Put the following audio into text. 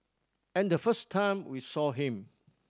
and the first time we saw him